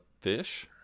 fish